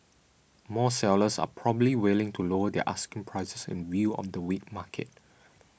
more sellers are probably willing to lower their asking prices in view of the weak market